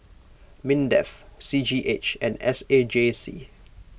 Mindef C G H and S A J C